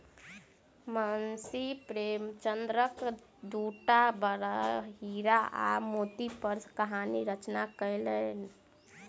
मुंशी प्रेमचंदक दूटा बड़द हीरा आ मोती पर कहानी रचना कयलैन